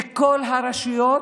בכל הרשויות.